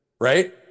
Right